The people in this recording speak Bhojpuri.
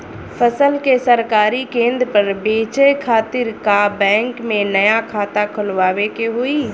फसल के सरकारी केंद्र पर बेचय खातिर का बैंक में नया खाता खोलवावे के होई?